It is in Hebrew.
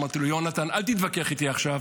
אמרתי לו: יהונתן, אל תתווכח איתי עכשיו.